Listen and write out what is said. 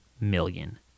million